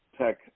tech